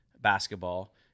basketball